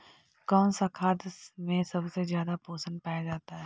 कौन सा खाद मे सबसे ज्यादा पोषण पाया जाता है?